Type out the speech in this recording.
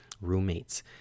roommates